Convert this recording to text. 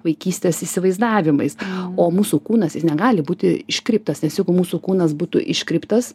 vaikystės įsivaizdavimais o mūsų kūnas jis negali būti iškreiptas nes jeigu mūsų kūnas būtų iškreiptas